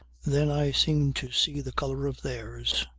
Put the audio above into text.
then i seem to see the colour of theirs.